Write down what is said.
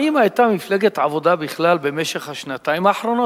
האם היתה מפלגת העבודה בכלל במשך השנתיים האחרונות?